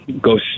go